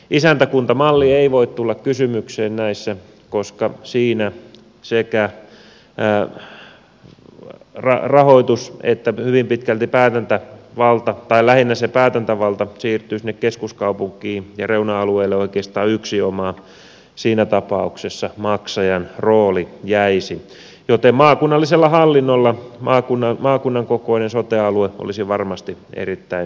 isäntäkuntamalli ei voi tulla kysymykseen näissä koska siinä sekä rahoitus että hyvin pitkälti päätäntävalta tai lähinnä se päätäntävalta siirtyy sinne keskuskaupunkiin ja reuna alueille oikeastaan yksinomaan siinä tapauksessa maksajan rooli jäisi joten maakunnallisella hallinnolla maakunnan kokoinen sote alue olisi varmasti erittäin hyvä ratkaisu